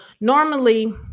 normally